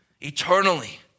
eternally